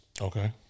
Okay